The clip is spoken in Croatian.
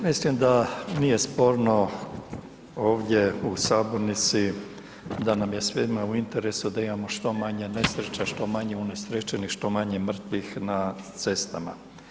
Mislim da nije sporno ovdje u sabornici da nam je svima u interesu da imamo što manje nesreća, što manje unesrećenih, što manje mrtvih na cestama.